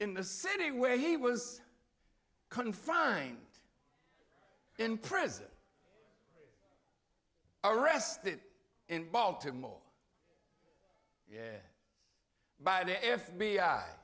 in the city where he was confined in prison arrested in baltimore yeah by the f